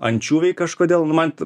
ančiuviai kažkodėl man